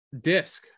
disc